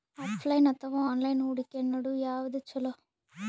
Offline ಅಥವಾ online ಹೂಡಿಕೆ ನಡು ಯವಾದ ಛೊಲೊ?